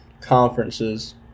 conferences